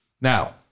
Now